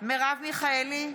מרב מיכאלי,